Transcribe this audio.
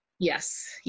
Yes